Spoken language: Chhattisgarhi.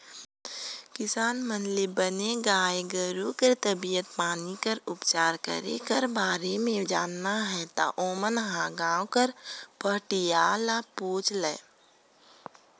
किसान मन ल बने गाय गोरु कर तबीयत पानी कर उपचार करे कर बारे म जानना हे ता ओमन ह गांव कर पहाटिया ल पूछ लय